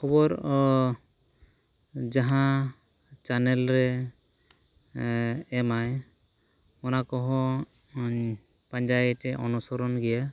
ᱠᱷᱚᱵᱚᱨ ᱡᱟᱦᱟᱸ ᱪᱮᱱᱮᱞ ᱨᱮ ᱮᱢᱟᱭ ᱚᱱᱟ ᱠᱚᱦᱚᱸ ᱯᱟᱸᱡᱟᱭᱛᱮ ᱚᱱᱩᱥᱚᱨᱱ ᱜᱮᱭᱟ